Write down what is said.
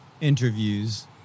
interviews